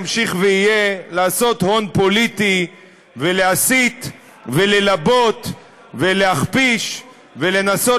ימשיך ויהיה לעשות הון פוליטי ולהסית וללבות ולהכפיש ולנסות